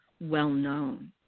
well-known